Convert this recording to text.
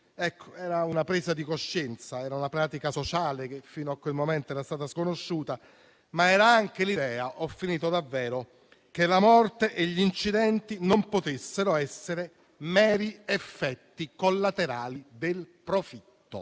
Era una presa di coscienza, una pratica sociale che fino a quel momento era stata sconosciuta, ma era anche l'idea che la morte e gli incidenti non potessero essere meri effetti collaterali del profitto.